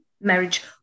marriage